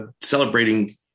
celebrating